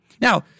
Now